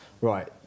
right